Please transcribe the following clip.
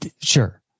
Sure